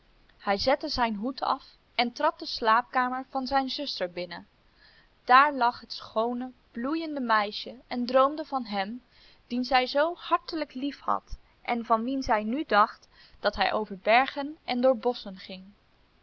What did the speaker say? hij zette zijn hoed af en trad de slaapkamer van zijn zuster binnen daar lag het schoone bloeiende meisje en droomde van hem dien zij zoo hartelijk liefhad en van wien zij nu dacht dat hij over bergen en door bosschen ging